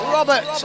Robert